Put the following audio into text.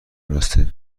راسته